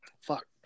Fuck